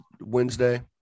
Wednesday